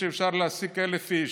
אפשר להעסיק 1,000 איש.